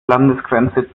landesgrenze